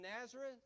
Nazareth